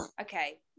okay